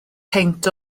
peint